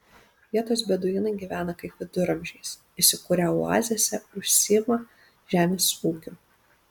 vietos beduinai gyvena kaip viduramžiais įsikūrę oazėse užsiima žemės ūkiu